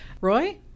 Roy